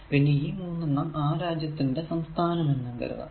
പിന്നെ ഈ മൂന്നെണ്ണം ആ രാജ്യത്തിൻറെ സംസ്ഥാനം എന്നും കരുതാം